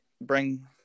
bring